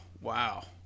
Wow